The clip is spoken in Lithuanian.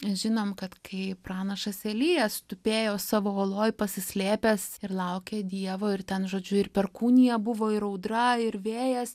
žinom kad kai pranašas elijas tupėjo savo oloj pasislėpęs ir laukė dievo ir ten žodžiu ir perkūnija buvo ir audra ir vėjas